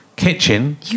kitchen